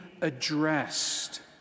addressed